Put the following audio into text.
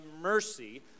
mercy